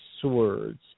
swords